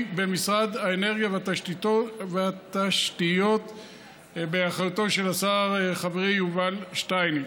היא במשרד האנרגיה והתשתיות באחריותו של השר חברי יובל שטייניץ.